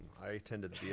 i attended the